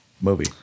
movie